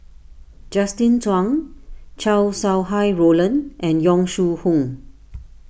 Justin Zhuang Chow Sau Hai Roland and Yong Shu Hoong